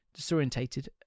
disorientated